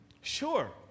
Sure